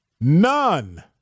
None